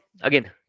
again